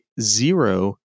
zero